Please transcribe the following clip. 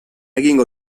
egingo